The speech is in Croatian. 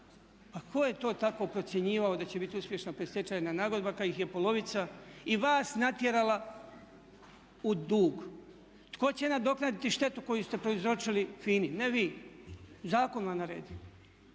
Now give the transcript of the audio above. Pa ko je to tako procjenjivao da će biti uspješna predstečajna nagodba kad ih je polovica i vas natjerala u dug. Tko će nadoknaditi štetu koju ste prouzročili FINA-i, ne vi, zakon vam je naredio?